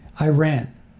Iran